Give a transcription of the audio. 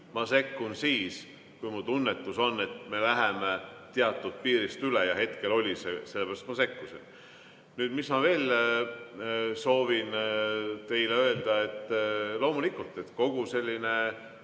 ma sekkun siis, kui mu tunnetus on, et me läheme teatud piirist üle, ja hetkel see oli. Sellepärast ma sekkusin. Mis ma veel soovin teile öelda: loomulikult, kogu selline